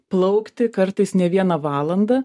plaukti kartais ne vieną valandą